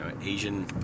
Asian